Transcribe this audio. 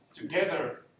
together